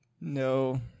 No